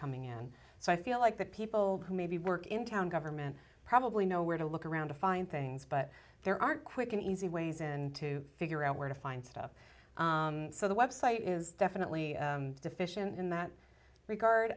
coming in so i feel like that people who maybe work in town government probably know where to look around to find things but there aren't quick and easy ways and to figure out where to find stuff so the website is definitely deficient in that regard